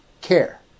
care